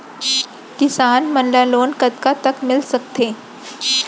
किसान मन ला लोन कतका तक मिलिस सकथे?